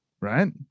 right